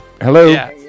hello